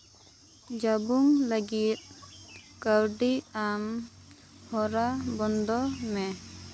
ᱡᱟᱵᱳᱝ ᱞᱟᱹᱜᱤᱫ ᱠᱟᱹᱣᱰᱤ ᱟᱢ ᱦᱚᱨᱟ ᱵᱚᱱᱫᱚᱭ ᱢᱮ